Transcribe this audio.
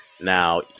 Now